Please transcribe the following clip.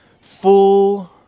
full